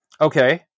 Okay